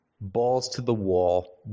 balls-to-the-wall